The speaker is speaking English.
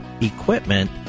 equipment